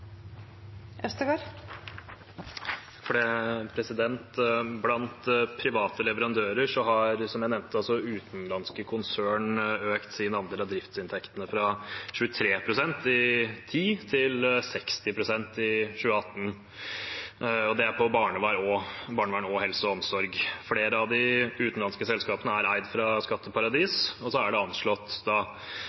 Blant private leverandører har, som jeg nevnte, utenlandske konsern økt sin andel av driftsinntektene fra 23 pst. i 2010 til 60 pst. i 2018. Det er på barnevern og helse og omsorg. Flere av de utenlandske selskapene er eid fra skatteparadis. Det er anslått at velferdsprofitører henter ut 1,1 mrd. kr fra velferden, og det er